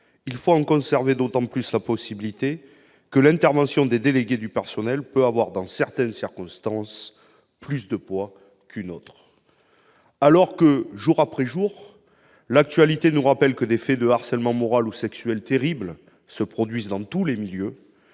très forte du droit d'alerte, l'intervention des délégués du personnel peut avoir, dans certaines circonstances, plus de poids qu'une autre. Alors que, jour après jour, l'actualité nous rappelle que des faits de harcèlement moral ou sexuel terribles se produisent dans tous les milieux,